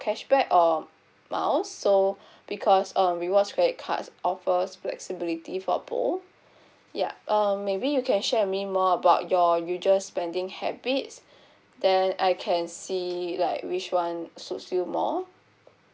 cashback or miles so because um rewards credit cards offers flexibility for both yeah um maybe you can share with me more about your usual spending habits then I can see like which one suits you more